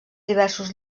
diversos